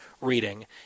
reading